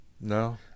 No